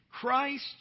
Christ